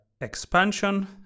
expansion